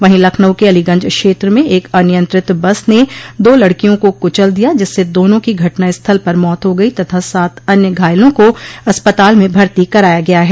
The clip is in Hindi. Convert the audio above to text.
वहीं लखनऊ के अलीगंज क्षेत्र में एक अनियंत्रित बस ने दो लड़कियों को कुचल दिया जिससे दोनों की घटनास्थल पर मौत हो गई तथा सात अन्य घायलों को अस्पताल में भर्ती कराया गया है